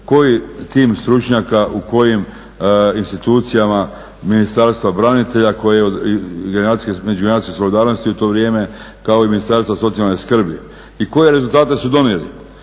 koji tim stručnjaka u kojim institucijama Ministarstva branitelja i međugeneracijske solidarnosti u to vrijeme kao i Ministarstvo socijalne skrbi i koje rezultate su donijeli.